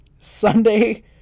Sunday